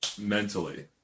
Mentally